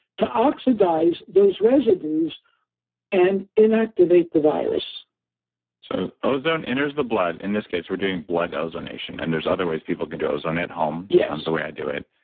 to oxidize those residues and inactivate the virus so, ozone enters the blood, in this case, we're doing blood ozonation, and there's other ways people can do ozone at home, yeah the way i do it,